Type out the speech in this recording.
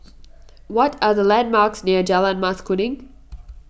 what are the landmarks near Jalan Mas Kuning